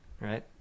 right